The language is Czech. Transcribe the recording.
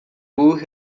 bůh